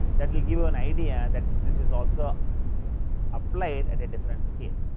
that will give an idea, that this is also applied at a different scale.